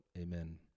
Amen